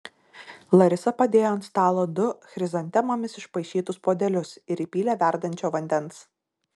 larisa padėjo ant stalo du chrizantemomis išpaišytus puodelius ir įpylė verdančio vandens